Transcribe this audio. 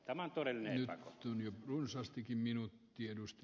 tämä on todellinen epäkohta